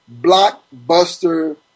blockbuster